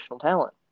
talent